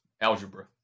Algebra